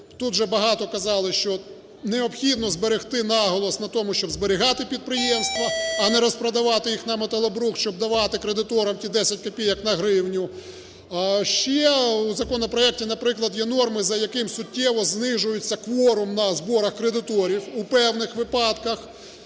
Тут вже багато казали, що необхідно зберегти наголос на тому, щоб зберігати підприємства, а не розпродавати їх на металобрухт, щоб давати кредиторам ті 10 копійок на гривню. Ще у законопроектів, наприклад, є норми, за яким суттєво знижується кворум на зборах кредиторів у певних випадках.